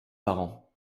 parents